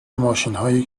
ماشینهای